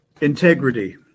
integrity